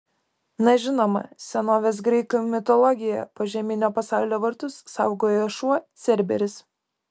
na žinoma senovės graikų mitologijoje požeminio pasaulio vartus saugojo šuo cerberis